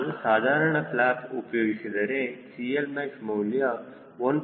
ನಾನು ಸಾಧಾರಣ ಫ್ಲ್ಯಾಪ್ ಉಪಯೋಗಿಸಿದರೆ CLmax ಮೌಲ್ಯ 1